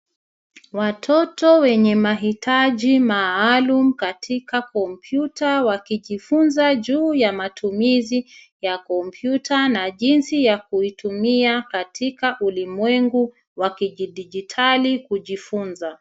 Watoto wenye mahitaji maalum katika kompyuta wakijifunza juu ya matumizi ya kompyuta na jinsi ya kuitumia katika ulimwengu wa kidigitali kujifunza.